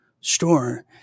store